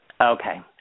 Okay